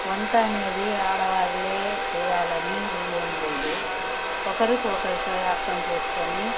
వంట అనేది ఆడవాళ్లే చేయాలని రూలేమీ లేదు ఒకరికి ఒకరు అర్తం చేసుకొని